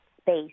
space